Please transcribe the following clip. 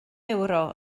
ewro